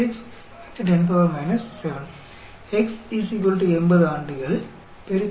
76x10 7 x 80 ஆண்டுகள் 2